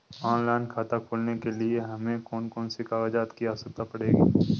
Online खाता खोलने के लिए हमें कौन कौन से कागजात की आवश्यकता पड़ेगी?